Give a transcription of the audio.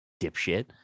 dipshit